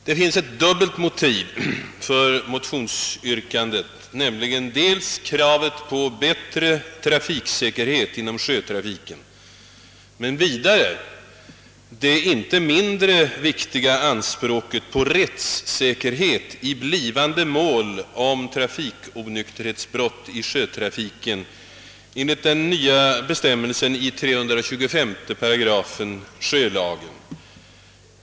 Det finns ett dubbelt motiv för mor tionsyrkandet, nämligen dels kravet på bättre trafiksäkerhet inom sjötrafiken, dels det inte mindre viktiga anspråket på rättssäkerhet i kommande mål om trafikonykterhetsbrott i sjötrafiken enligt den nya bestämmelsen i 325 § sjölagen.